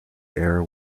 era